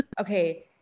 okay